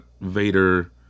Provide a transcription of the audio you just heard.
Vader